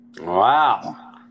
Wow